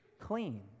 clean